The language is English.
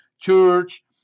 church